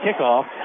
kickoff